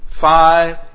five